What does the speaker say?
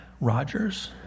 Rogers